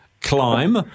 climb